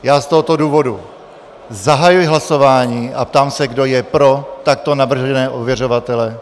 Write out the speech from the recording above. Z tohoto důvodu zahajuji hlasování a ptám se, kdo je pro takto navržené ověřovatele.